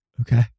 Okay